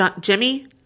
Jimmy